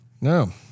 No